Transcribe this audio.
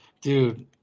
dude